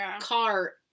car